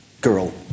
girl